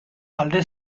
alde